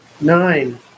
Nine